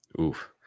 Oof